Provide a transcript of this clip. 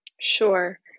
Sure